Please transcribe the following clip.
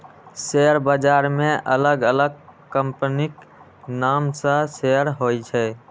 share बाजार मे अलग अलग कंपनीक नाम सं शेयर होइ छै